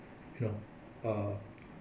you know uh